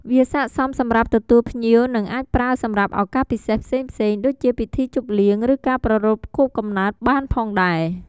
វាស័ក្ដិសមសម្រាប់ទទួលភ្ញៀវនិងអាចប្រើសម្រាប់ឱកាសពិសេសផ្សេងៗ ដូចជាពិធីជប់លៀង ឬការប្រារព្ធខួបកំណើតបានផងដែរ។